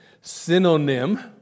synonym